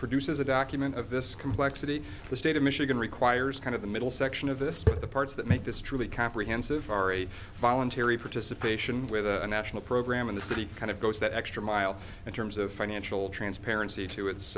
produces a document of this complexity the state of michigan requires kind of the middle section of this the parts that make this truly comprehensive are a voluntary participation with a national program in the city kind of goes that extra mile in terms of financial transparency to its